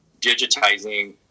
digitizing